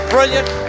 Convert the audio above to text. Brilliant